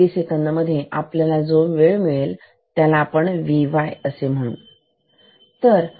एका मिलीसेकंद वेळेमध्ये आपल्याला जे मिळेल त्याला आपण म्हणू या Vy बरोबर